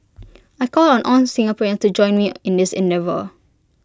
I call on all Singaporeans to join me in this endeavour